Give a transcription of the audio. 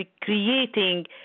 creating